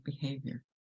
behavior